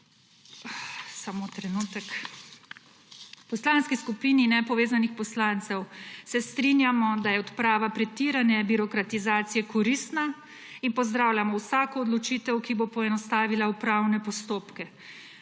Samo trenutek. V Poslanski skupini nepovezanih poslancev se strinjamo, da je odprava pretirane birokratizacije koristna in pozdravljamo vsako odločitev, ki bo poenostavila upravne postopke.